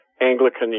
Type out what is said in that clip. Anglican